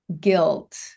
guilt